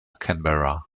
canberra